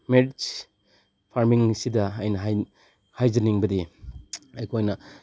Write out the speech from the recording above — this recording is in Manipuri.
ꯃꯦꯔꯤꯠꯁ ꯐꯥꯔꯃꯤꯡ ꯑꯁꯤꯗ ꯑꯩꯅ ꯍꯥꯏꯖꯅꯤꯡꯕꯗꯤ ꯑꯩꯈꯣꯏꯅ